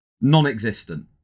Non-existent